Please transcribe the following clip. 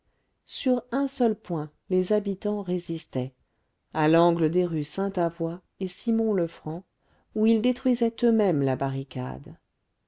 sur un seul point les habitants résistaient à l'angle des rues sainte avoye et simon le franc où ils détruisaient eux-mêmes la barricade